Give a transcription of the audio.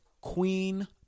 Queen